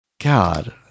God